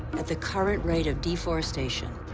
at the current rate of deforestation,